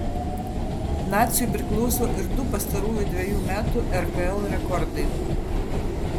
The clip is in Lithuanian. naciui priklauso ir du pastarųjų dvejų metų rkl rekordai